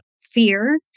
fear